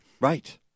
Right